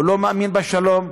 הוא לא מאמין בשלום,